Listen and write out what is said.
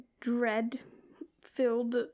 dread-filled